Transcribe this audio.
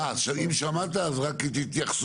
אה, אז אם שמעת, אז רק את התייחסותך.